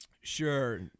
Sure